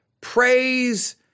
praise